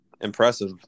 impressive